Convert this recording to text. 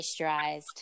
moisturized